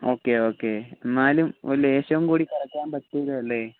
okay okay എന്നാലും ഒരു ലേശംകൂടി കുറക്കാൻ പറ്റുമെല്ലോല്ലേ